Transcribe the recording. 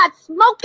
smoking